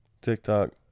TikTok